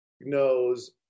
knows